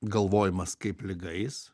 galvojimas kaip liga eis